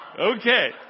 Okay